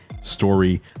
story